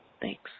Thanks